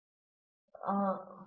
professor Viswanathan